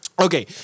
Okay